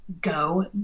go